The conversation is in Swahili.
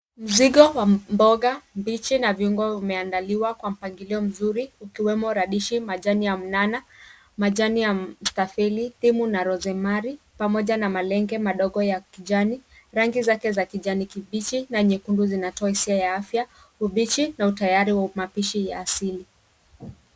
Mzigo wa mboga mbichi na viungo umeandaliwa kwa mpangilio mzuri ikiwemo radishi, majani ya manana, majani ya mstafeli, dhimu na rosemari pamoja na malenga madogo ya kijani. Rangi zake za kijani kibichi na nyekundu zinatoa hisia ya afya, ubichi na utayari wa mapishi ya asili.